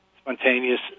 spontaneous